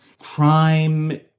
crime